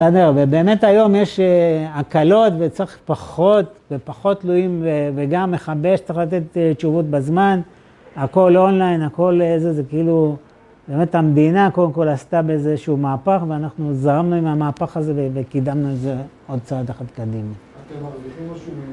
בסדר, ובאמת היום יש הקלות וצריך פחות ופחות תלויים וגם מחבש, צריך לתת תשובות בזמן, הכול אונליין, הכול איזה זה כאילו, באמת המדינה קודם כל עשתה באיזשהו מהפך, ואנחנו זרמנו עם המהפך הזה וקידמנו את זה עוד צעד אחד קדימה.